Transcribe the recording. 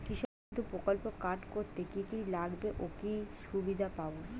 কৃষক বন্ধু প্রকল্প কার্ড করতে কি কি লাগবে ও কি সুবিধা পাব?